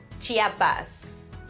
Chiapas